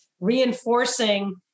reinforcing